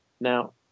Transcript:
Now